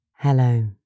Hello